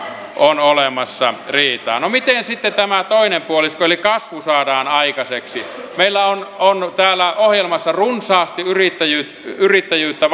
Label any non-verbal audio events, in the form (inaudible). on olemassa riitaa no miten sitten tämä toinen puolisko eli kasvu saadaan aikaiseksi meillä on on täällä ohjelmassa runsaasti yrittäjyyttä yrittäjyyttä (unintelligible)